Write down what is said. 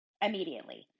immediately